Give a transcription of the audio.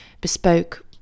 bespoke